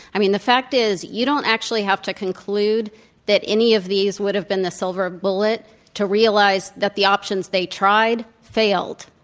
i mean, the fact is, you don't actually have to conclude that any of these would've been the silver bullet to realize that the options they tried failed.